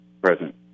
present